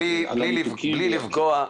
בלי לפגוע,